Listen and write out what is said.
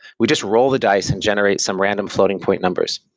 we just roll the dice and generate some random floating-point numbers,